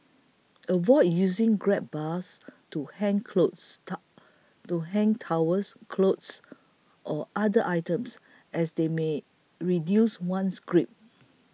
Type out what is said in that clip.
avoid using grab bars to hang clothes to hang towels clothes or other items as they may reduce one's grip